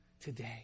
today